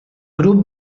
grup